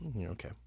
Okay